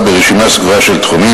חוק ומשפט אני